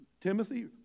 Timothy